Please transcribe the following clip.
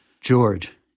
George